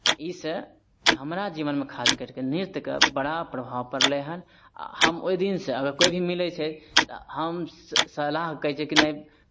ईसँ हमरा जीवनमे खास करि कऽ नृत्यके बड़ा प्रभाव पड़लै हन आ हम ओहि दिनसँ अगर कोइ भी मिलै छै तऽ हम सलाह कहै छियै कि नहि